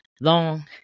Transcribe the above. long